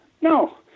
No